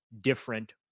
different